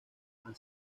han